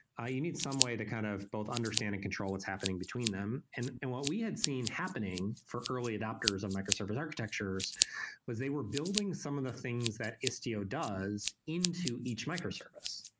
ah you need some way to kind of both understand and control what's happening between them. and and what we had seen happening for early adopters on microservice architectures was they were building some of the things that istio does into each microservice.